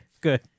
Good